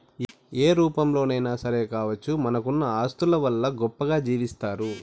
ఏ రూపంలోనైనా సరే కావచ్చు మనకున్న ఆస్తుల వల్ల గొప్పగా జీవిస్తారు